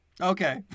Okay